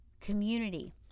community